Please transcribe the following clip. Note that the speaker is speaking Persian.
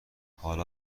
حال